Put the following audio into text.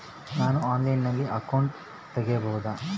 ನಾನು ಆನ್ಲೈನಲ್ಲಿ ಅಕೌಂಟ್ ತೆಗಿಬಹುದಾ?